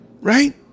Right